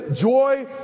Joy